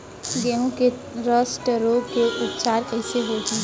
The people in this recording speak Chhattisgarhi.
गेहूँ के रस्ट रोग के उपचार कइसे होही?